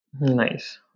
Nice